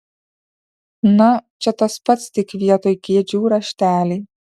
na čia tas pats tik vietoj kėdžių rašteliai